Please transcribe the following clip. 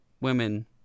women